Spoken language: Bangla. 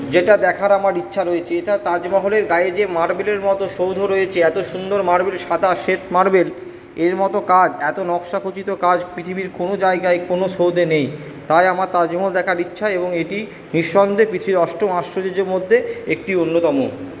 যেটা দেখার আমার ইচ্ছা রয়েছে এটা তাজমহলের গায়ে যে মার্বেলের মতো সৌধ রয়েছে এতো সুন্দর মার্বেল সাদা শ্বেত মার্বেল এর মতো কাজ এতো নকশাখচিত কাজ পৃথিবীর কোনো জায়গায় কোনো সৌধে নেই তাই আমার তাজমহল দেখার ইচ্ছা এবং এটি নিঃসন্দেহে পৃথিবীর অষ্টম আশ্চর্যের মধ্যে একটি অন্যতম